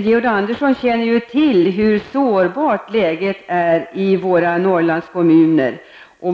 Georg Andersson känner ju till hur sårbart läget är i norrlandskommunerna och